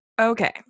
Okay